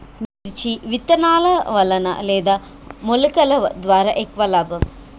మిర్చి విత్తనాల వలన లేదా మొలకల ద్వారా ఎక్కువ లాభం?